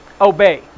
obey